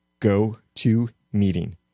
GoToMeeting